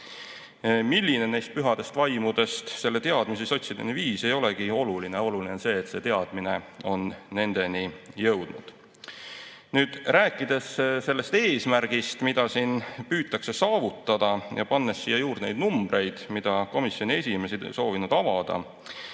Milline neist pühadest vaimudest selle teadmise sotsideni viis, ei olegi oluline. Oluline on see, et see teadmine on nendeni jõudnud. Nüüd, rääkides sellest eesmärgist, mida siin püütakse saavutada, ja pannes siia juurde neid numbreid, mida komisjoni esimees ei soovinud avada,